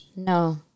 No